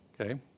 Okay